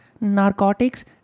narcotics